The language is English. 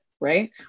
Right